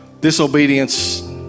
Disobedience